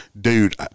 dude